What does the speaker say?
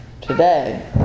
today